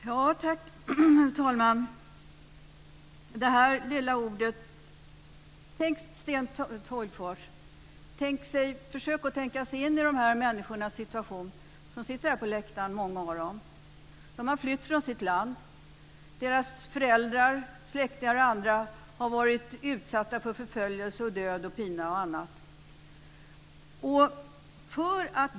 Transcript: Fru talman! Det handlar om det här lilla ordet. Tänk om Sten Tolgfors kunde försöka att tänka sig in i de här människornas situation! Många av dem sitter här på läktaren. De har flytt från sitt land. Deras föräldrar, släktingar och andra har varit utsatta för förföljelse, död, pina och annat.